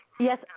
Yes